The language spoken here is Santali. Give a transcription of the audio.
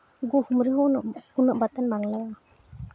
ᱜᱩᱦᱩᱢ ᱨᱮᱦᱚᱸ ᱩᱱᱟᱹᱜ ᱩᱱᱟᱹᱜ ᱵᱟᱛᱟᱱ ᱵᱟᱝ ᱞᱟᱜᱟᱜᱼᱟ